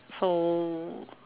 so